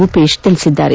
ರೂಪೇಶ್ ತಿಳಿಸಿದ್ದಾರೆ